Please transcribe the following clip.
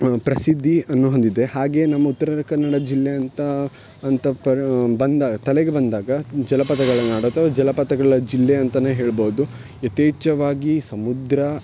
ಪ್ರಸಿದ್ಧಿಯನ್ನು ಹೊಂದಿದೆ ಹಾಗೆ ನಮ್ಮ ಉತ್ತರ ಕನ್ನಡ ಜಿಲ್ಲೆ ಅಂತ ಅಂತ ಪರ್ ಬಂದ ತಲೆಗೆ ಬಂದಾಗ ಜಲಪಾತಗಳ ನಾಡು ಅಥವಾ ಜಲಪಾತಗಳ ಜಿಲ್ಲೆ ಅಂತಲೇ ಹೇಳ್ಬಹ್ದು ಯಥೇಚ್ಛವಾಗಿ ಸಮುದ್ರ